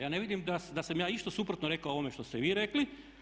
Ja ne vidim da sam ja išta suprotno rekao o ovome što ste vi rekli.